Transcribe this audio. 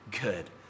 good